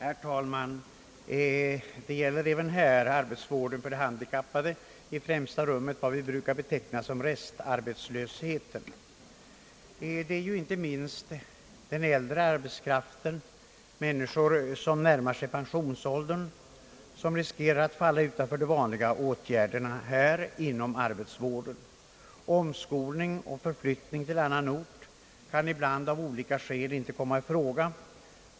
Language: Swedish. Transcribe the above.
Herr talman! Det gäller även här arbetsvården för handikappade, i främsta rummet vad vi brukar beteckna som restarbetslöshet. Det är här inte minst fråga om den äldre arbetskraften, människor som närmar sig pensionsåldern och som riskerar att falla utanför de vanliga åtgärderna i fråga om arbetsvården. Omskolning och förflyttning till annan ort kan ibland av olika skäl inte komma i fråga.